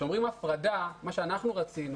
כשאומרים הפרדה, מה שאנחנו רצינו